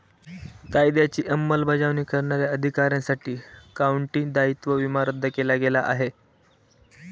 कायद्याची अंमलबजावणी करणाऱ्या अधिकाऱ्यांसाठी काउंटी दायित्व विमा रद्द केला गेला आहे